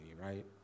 right